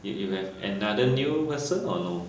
if you have an~ another new person or no